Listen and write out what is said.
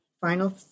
final